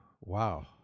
Wow